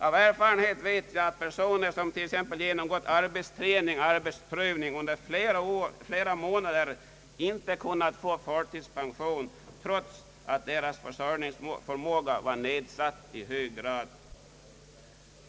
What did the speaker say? Av erfarenhet vet jag att personer som genomgått t.ex. arbetsträning och arbetsprövning under flera månader inte kunnat få förtidspension, trots att deras försörjningsförmåga var nedsatt i hög grad.